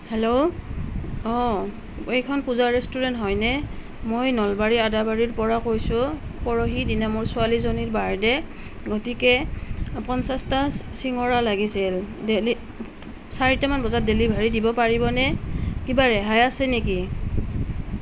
hello অ এইখন Puja restaurant হয়নে মই নলবাৰী আদাবাৰীৰ পৰা কৈছোঁ পৰহিৰ দিনা মোৰ ছোৱালীজনীৰ বাৰ্থডে গতিকে পঞ্চাশটা চিঙৰা লাগিছিল চাৰিটামান বজাত ডেলিভেৰি দিব পাৰিবনে কিবা ৰেহাই আছে নেকি